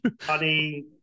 honey